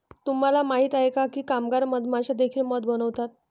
तुम्हाला माहित आहे का की कामगार मधमाश्या देखील मध बनवतात?